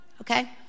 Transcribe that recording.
okay